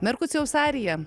merkurcijaus arija